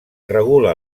regula